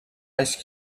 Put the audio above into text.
ice